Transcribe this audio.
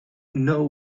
know